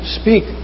speak